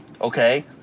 Okay